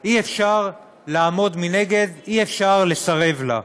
אי-אפשר לעמוד מנגד, אי-אפשר לסרב לה.